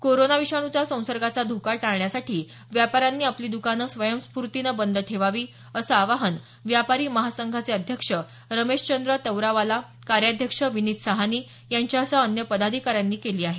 corona विषाणूचा संसर्गाचा धोका टाळण्यासाठी व्यापाऱ्यांनी आपली दुकाने स्वयंस्फूर्तीनं बंद ठेवावी असं आवाहन व्यापारी महासंघाचे अध्यक्ष रमेशचंद्र तवरावाला कार्याध्यक्ष विनीत सहानी यांच्यासह अन्य पदाधिकाऱ्यांनी केलं आहे